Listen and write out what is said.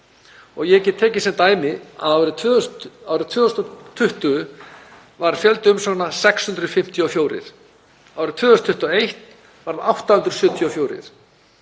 ár. Ég get tekið sem dæmi að árið 2020 var fjöldi umsókna 654. Árið 2021 var hann